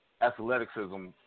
athleticism